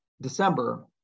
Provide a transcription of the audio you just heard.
December